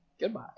Goodbye